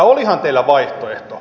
olihan teillä vaihtoehto